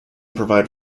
provide